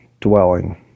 dwelling